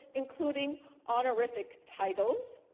including honorific titles,